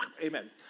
Amen